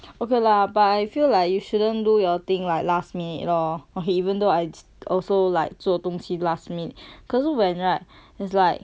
okay lah but I feel like you shouldn't do your thing like last minute lor even though I also like 做东西 last minute 可路人 right it's like